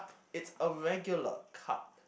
it's a regular cup